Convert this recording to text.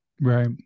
right